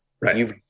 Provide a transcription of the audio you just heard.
right